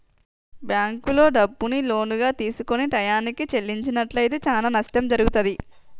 బ్యేంకుల్లో డబ్బుని లోనుగా తీసుకొని టైయ్యానికి చెల్లించనట్లయితే చానా నష్టం జరుగుతాది